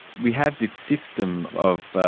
we have this system of